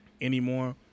anymore